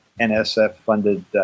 NSF-funded